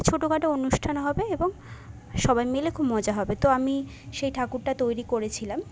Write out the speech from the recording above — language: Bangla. একটা ছোটোখাটো অনুষ্ঠান হবে এবং সবাই মিলে খুব মজা হবে তো আমি সেই ঠাকুরটা তৈরি করেছিলাম